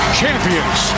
champions